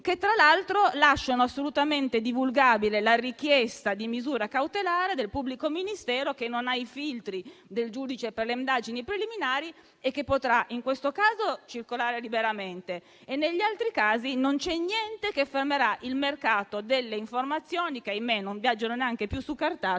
che, tra l'altro, lasciano assolutamente divulgabile la richiesta di misura cautelare del pubblico ministero che non ha i filtri del giudice per le indagini preliminari e che potrà, in questo caso, circolare liberamente e, negli altri casi, niente fermerà il mercato delle informazioni che purtroppo non viaggiano neanche più su cartaceo,